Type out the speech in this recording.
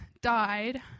died